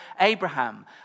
Abraham